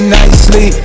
nicely